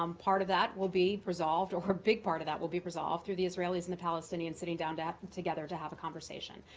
um part of that will be resolved or a big part of that will be resolved through the israelis and the palestinians sitting down down together to have a conversation.